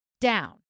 down